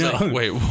Wait